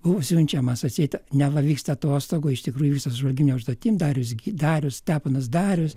buvo siunčiamas atseit neva vyksta atostogų iš tikrųjų vyksta su žvalgybine užduotim darius darius steponas darius